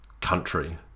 country